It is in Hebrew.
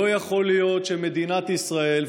לא יכול להיות שמדינת ישראל,